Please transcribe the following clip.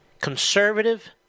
Conservative